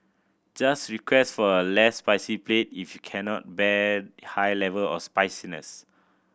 just request for a less spicy plate if you cannot bear high level of spiciness